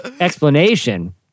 explanation